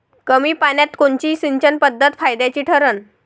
कमी पान्यात कोनची सिंचन पद्धत फायद्याची ठरन?